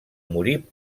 morir